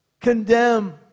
condemn